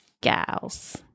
Gals